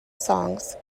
songs